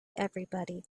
everybody